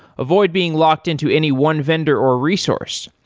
avoid being locked-in to any one vendor or resource.